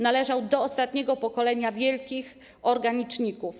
Należał do ostatniego pokolenia wielkich organiczników.